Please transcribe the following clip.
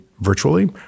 virtually